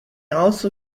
also